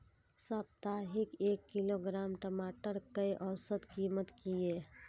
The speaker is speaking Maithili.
साप्ताहिक एक किलोग्राम टमाटर कै औसत कीमत किए?